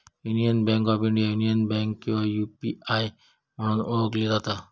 union Bank of India, Union Bank किंवा UBI म्हणून ओळखली जाता